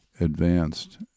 advanced